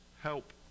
Help